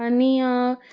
आनी